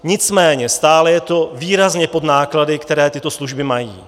Nicméně stále je to výrazně pod náklady, které tyto služby mají.